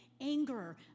anger